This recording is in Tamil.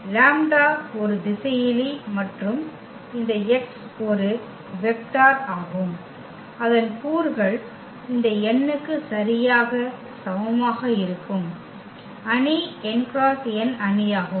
லாம்ப்டா ஒரு திசையிலி மற்றும் இந்த x ஒரு வெக்டார் ஆகும் அதன் கூறுகள் இந்த n க்கு சரியாக சமமாக இருக்கும் அணி n குறுக்கு n அணி ஆகும்